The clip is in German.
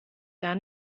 gar